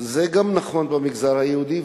זה נכון גם במגזר היהודי,